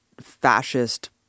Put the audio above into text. fascist